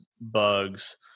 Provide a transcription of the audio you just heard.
bugs